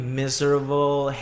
miserable